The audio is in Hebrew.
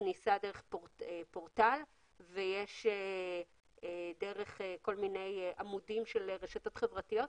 כניסה דרך פורטל ודרך כל מיני עמודים של רשתות חברתיות.